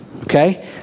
okay